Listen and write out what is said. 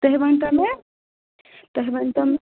تُہۍ ؤنۍتَو مےٚ تُہۍ ؤنۍتَو مےٚ